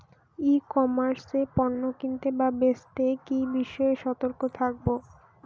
ই commerce এ পণ্য কিনতে বা বেচতে কি বিষয়ে সতর্ক থাকব?